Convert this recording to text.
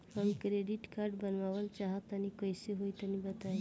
हम credit card बनवावल चाह तनि कइसे होई तनि बताई?